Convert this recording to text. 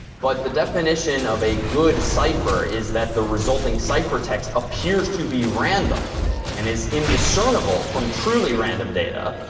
but the definition of a good cipher is that the resulting ciphertext appears to be random and is indiscernible from truly random data.